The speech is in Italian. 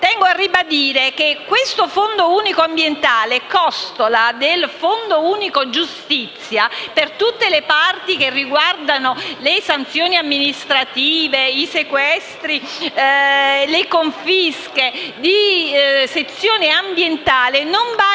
tengo a ribadire che questo fondo, costola del Fondo unico giustizia, per tutte le parti che riguardano le sanzioni amministrative, i sequestri e le confische di sezioni ambientali non va